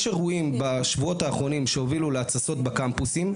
יש אירועים בשבועות האחרונים שהובילו להתססות בקמפוסים,